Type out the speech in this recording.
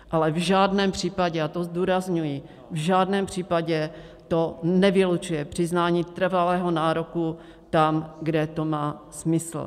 Ale v žádném případě, a to zdůrazňuji, v žádném případě to nevylučuje přiznání trvalého nároku tam, kde to má smysl.